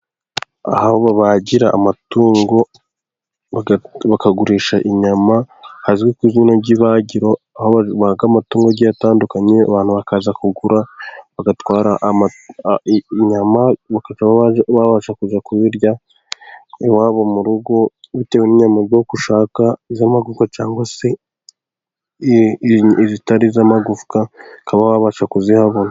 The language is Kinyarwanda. Aho babagira amatungo, bakagurisha inyama, hazwi ku izina ry'ibagiro, aho babaga amatungo agiye atandukanye, abantu bakaza kugura bagatwara inyama, bakaba babasha kujya kubizirya iwabo mu ngo bitewe n'ubwoko ushaka, iz'amagufwa cyangwa se izitari iz'amagufwa, ukaba wabasha kuzihabona.